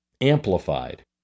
amplified